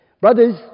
Brothers